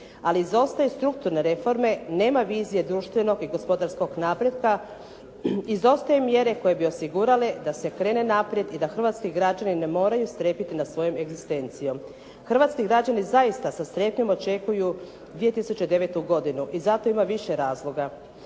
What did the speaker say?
Ali izostaju strukturne reforme nema vizije društvenog i gospodarskog napretka, izostaju mjere koje bi osigurale da se krene naprijed i da hrvatski građani ne moraju strijepiti nad svojom egzistencijom. Hrvatski građani zaista sa strepnjom očekuju 2009, godinu i zato ima više razloga.